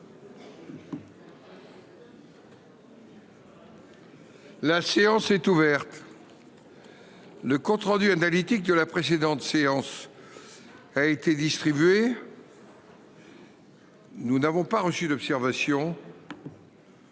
La séance est ouverte. Le compte rendu analytique de la précédente séance a été distribué. Il n’y a pas d’observation